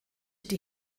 die